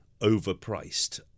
overpriced